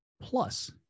plus